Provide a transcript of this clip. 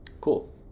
Cool